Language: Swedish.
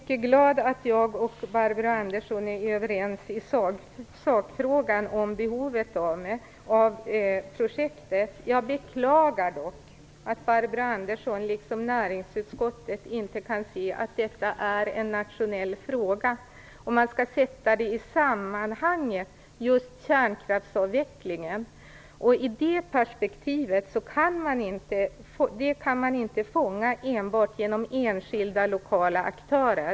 Herr talman! Jag är mycket glad åt att jag och Barbro Andersson är överens i sakfrågan om behovet av projektet. Jag beklagar dock att Barbro Andersson, liksom näringsutskottet, inte kan se att detta är en nationell fråga. Man skall sätta det i samband med just kärnkraftsavvecklingen. Det perspektivet kan man inte fånga enbart genom enskilda lokala aktörer.